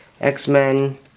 X-men